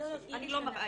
שבוע לפני